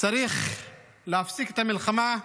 צריך להפסיק את המלחמה,